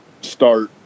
start